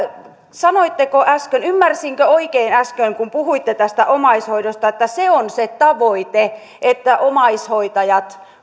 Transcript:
sanoitteko äsken ymmärsinkö oikein äsken kun puhuitte tästä omaishoidosta että se on se tavoite että omaishoitajat